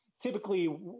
typically